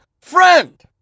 friend